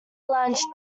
lunch